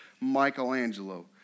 Michelangelo